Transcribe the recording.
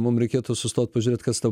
mum reikėtų sustot pažiūrėt kas ta